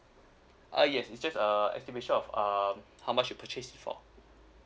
uh yes it's just a estimation of um how much you purchase it for